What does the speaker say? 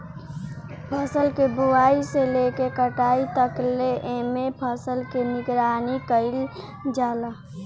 फसल के बोआई से लेके कटाई तकले एमे फसल के निगरानी कईल जाला